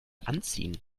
anziehen